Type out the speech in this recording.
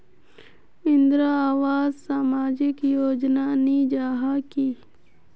इंदरावास सामाजिक योजना नी जाहा की?